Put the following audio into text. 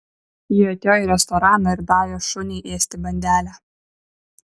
ji atėjo į restoraną ir davė šuniui ėsti bandelę